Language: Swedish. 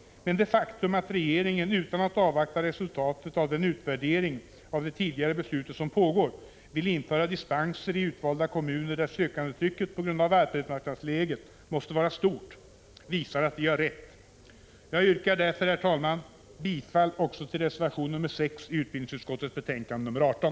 Men det faktum att regeringen, utan att avvakta resultatet av den utvärdering av det tidigare beslutet som pågår, vill införa dispenser i utvalda kommuner, där sökandetrycket på grund av arbetsmarknadsläget måste vara stort, visar att vi har rätt. Jag yrkar därför, herr talman, bifall också till reservation nr 6 i utbildningsutskottets betänkande nr 18.